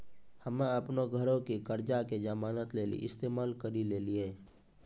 हम्मे अपनो घरो के कर्जा के जमानत लेली इस्तेमाल करि लेलियै